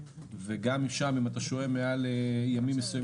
וגם שם אם אתה שוהה מעל מספר ימים מסוימים